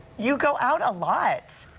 you go out a lot.